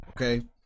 okay